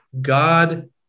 God